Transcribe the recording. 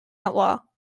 outlaw